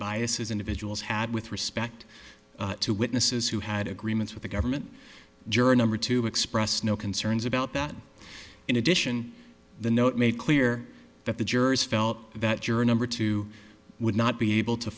biases individuals had with respect to witnesses who had agreements with the government juror number two expressed no concerns about that in addition the note made clear that the jurors felt that juror number two would not be able to